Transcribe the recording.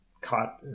caught